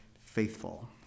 faithful